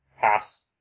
Pass